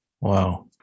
wow